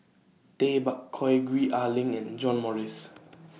Tay Bak Koi Gwee Ah Leng and John Morrice